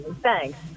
thanks